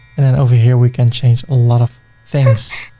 and then over here, we can change a lot of things.